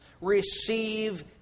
Receive